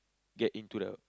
get into the